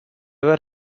were